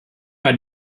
war